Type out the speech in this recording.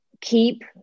keep